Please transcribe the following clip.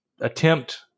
attempt